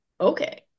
Okay